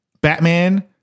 Batman